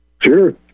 Sure